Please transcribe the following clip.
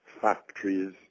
factories